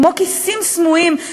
כמו כיסים סמויים,